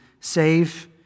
save